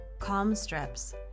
Calmstrips